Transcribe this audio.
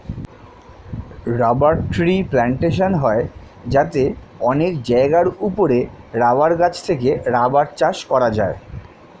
rubber tree plantation হয় যাতে অনেক জায়গার উপরে রাবার গাছ থেকে রাবার চাষ করা হয়